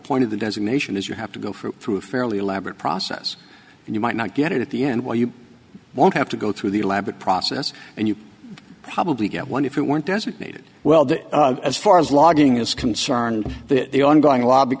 point of the designation is you have to go for it through a fairly elaborate process and you might not get it at the end where you won't have to go through the elaborate process and you probably get one if you weren't designated well as far as logging is concerned that the ongoing lobby